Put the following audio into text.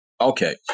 Okay